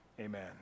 amen